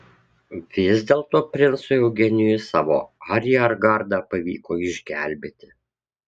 vis dėlto princui eugenijui savo ariergardą pavyko išgelbėti